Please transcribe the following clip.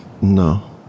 No